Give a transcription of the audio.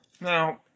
Now